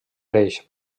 greix